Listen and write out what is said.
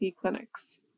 Clinics